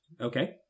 Okay